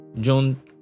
John